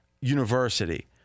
university